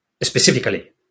specifically